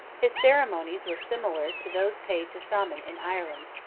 his ceremonies were similar to those paid to saman in ireland,